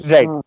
Right